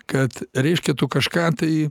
kad reiškia tu kažką tai